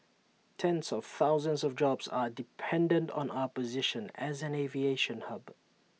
tens of thousands of jobs are dependent on our position as an aviation hub